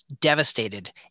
devastated